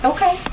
Okay